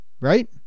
right